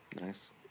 Nice